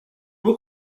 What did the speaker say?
beau